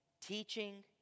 teaching